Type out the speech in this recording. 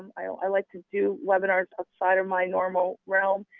i like to do webinars outside of my normal realm,